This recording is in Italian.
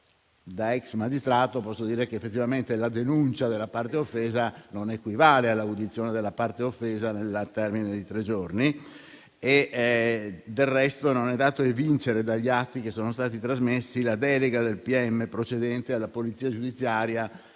Da ex magistrato, posso dire che, effettivamente, la denuncia della parte offesa non equivale all'audizione della parte offesa nel termine dei tre giorni. Del resto, non è dato evincere dagli atti che sono stati trasmessi la delega del PM procedente alla Polizia giudiziaria